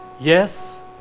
Yes